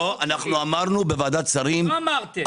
אמרנו בוועדת שרים- -- לא אמרתם.